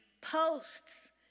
posts